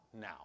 now